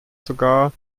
sogar